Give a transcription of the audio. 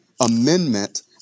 amendment